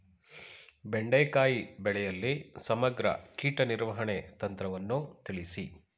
ಬೆಂಡೆಕಾಯಿ ಬೆಳೆಯಲ್ಲಿ ಸಮಗ್ರ ಕೀಟ ನಿರ್ವಹಣೆ ತಂತ್ರವನ್ನು ತಿಳಿಸಿ?